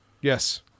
Yes